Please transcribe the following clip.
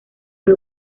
del